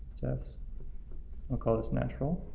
just i'll call this natural,